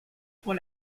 pour